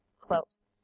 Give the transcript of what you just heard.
close